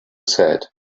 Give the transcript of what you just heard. said